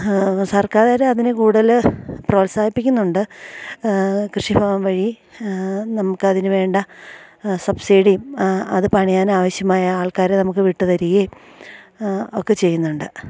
സർക്കാരതിന് കൂടുതൽ പ്രോത്സാഹിപ്പിക്കിന്നുണ്ട് കൃഷിഭവൻ വഴി നമുക്ക് അതിന് വേണ്ട സബ്സിഡിം അത് പണിയാനാവശ്യമായ ആൾക്കാരെ നമുക്ക് വിട്ട്തരേം ഒക്കെ ചെയ്യുന്നുണ്ട്